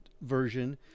version